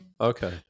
Okay